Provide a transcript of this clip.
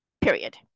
Period